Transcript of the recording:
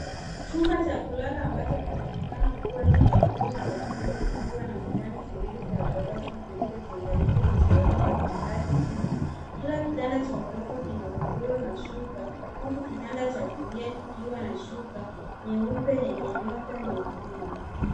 Chumba cha kulala ambacho kinaonekana kuwa cha mabweni au hosteli kikiwa na vitanda viwili vya ghorofa vilivyotenganishwa na sehemu ya kuhifadhi vitu. Kila kitanda cha ghorofa kina godoro na shuka huku kitanda cha kulia kikiwa na shuka nyeupe yenye nyota nyekundu.